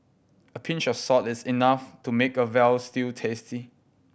a pinch of salt is enough to make a veal stew tasty